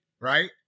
right